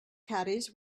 caddies